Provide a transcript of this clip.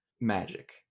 magic